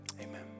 Amen